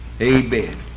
amen